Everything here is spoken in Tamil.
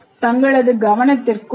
தங்களது கவனத்திற்கு நன்றி